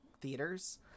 theaters